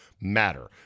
matter